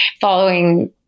following